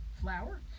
flour